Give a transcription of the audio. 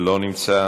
אינו נוכח,